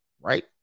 right